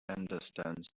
understands